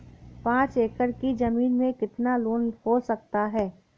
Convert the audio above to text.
पाँच एकड़ की ज़मीन में कितना लोन हो सकता है?